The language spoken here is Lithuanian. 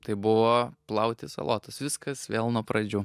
tai buvo plauti salotas viskas vėl nuo pradžių